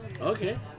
okay